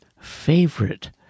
favorite